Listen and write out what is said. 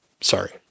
Sorry